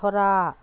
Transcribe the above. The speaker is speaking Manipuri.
ꯁꯣꯔꯥ